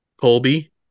Colby